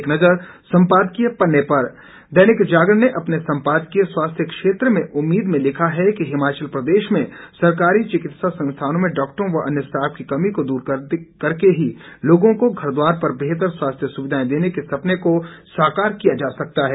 एक नजर संपादकीय पन्ने पर दैनिक जागरण ने अपने संपादकीय स्वास्थ्य क्षेत्र में उम्मीद में लिखा है हिमाचल प्रदेश में सरकारी चिकित्सा संस्थानों में डाक्टरों व अन्य स्टाफ की कमी को दूर करके ही लोगों को घर द्वार पर बेहतर स्वास्थ्य सुविधाएं देने के सपने को साकार किया जा सकता है